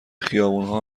خیابونها